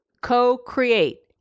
co-create